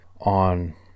on